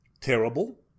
Terrible